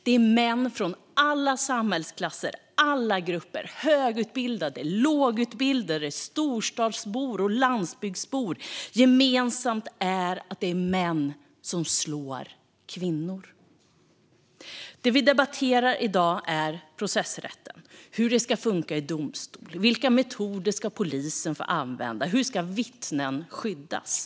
Det är män från alla samhällsklasser, alla grupper, högutbildade och lågutbildade, storstadsbor och landsbygdsbor. Gemensamt är att det är män som slår kvinnor. Det vi debatterar i dag är processrätten - hur det ska funka i domstol, vilka metoder polisen ska få använda, hur vittnen ska skyddas.